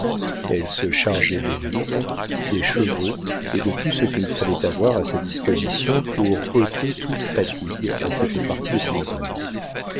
elle se chargeait des vivres des chevaux et de tout ce qu'il fallait avoir à sa disposition pour ôter toute fatigue à cette partie de plaisir